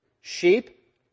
Sheep